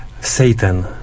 Satan